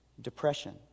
Depression